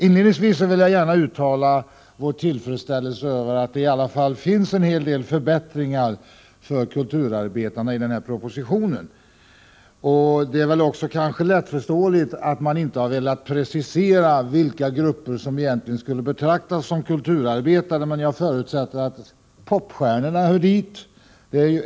Inledningsvis vill jag gärna uttala vår tillfredsställelse över att det i propositionen i alla fall föreslås en hel del förbättringar för kulturarbetarna. Det är väl också lättförståeligt att man inte har velat precisera vilka grupper som skall betraktas som kulturarbetare. Men jag förutsätter att popstjärnorna hör dit.